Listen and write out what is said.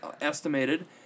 estimated